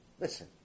listen